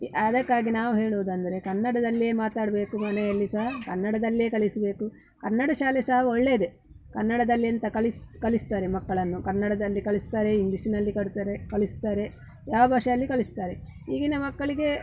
ಅದಕ್ಕಾಗಿ ನಾವು ಹೇಳುವುದಂದರೆ ಕನ್ನಡದಲ್ಲೆ ಮಾತಾಡಬೇಕು ಮನೆಯಲ್ಲಿ ಸಹ ಕನ್ನಡದಲ್ಲೆ ಕಲಿಸಬೇಕು ಕನ್ನಡ ಶಾಲೆ ಸಹ ಒಳ್ಳೆಯದೆ ಕನ್ನಡದಲ್ಲಿ ಎಂತ ಕಲಿಸ ಕಲಿಸ್ತಾರೆ ಮಕ್ಕಳನ್ನು ಕನ್ನಡದಲ್ಲಿ ಕಲಿಸ್ತಾರೆ ಇಂಗ್ಲೀಷಿನಲ್ಲಿ ಕಟ್ತಾರೆ ಕಲಿಸ್ತಾರೆ ಯಾವ ಭಾಷೆಯಲ್ಲಿ ಕಲಿಸ್ತಾರೆ ಈಗಿನ ಮಕ್ಕಳಿಗೆ